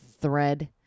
thread